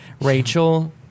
Rachel